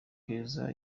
keza